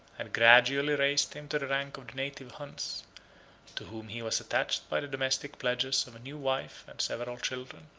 had gradually raised him to the rank of the native huns to whom he was attached by the domestic pledges of a new wife and several children.